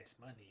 money